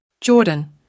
Jordan